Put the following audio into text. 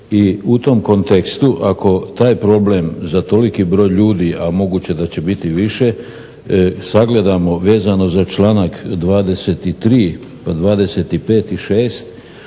I u tom kontekstu, ako taj problem za toliki broj ljudi, a moguće da će biti više, sagledamo vezano za članak 23., 25. i 26.